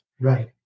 Right